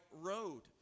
road